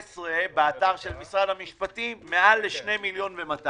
ב-2018 באתר של משרד המשפטים כתוב: מעל 2.2 מיליון שקל.